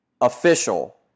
official